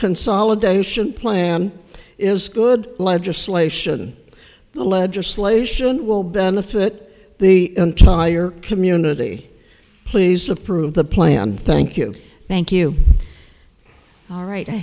consolidation plan is good legislation the legislation will benefit the entire community please approve the plan thank you thank you all right i